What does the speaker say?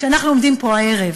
כשאנחנו עומדים פה הערב